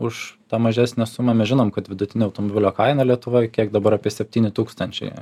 už tą mažesnę sumą mes žinom kad vidutinė automobilio kaina lietuvoj kiek dabar apie septyni tūkstančiai